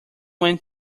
went